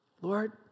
Lord